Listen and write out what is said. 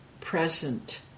present